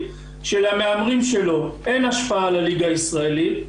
שלמהמרים שלו אין השפעה לליגה הישראלית,